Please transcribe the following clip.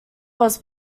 was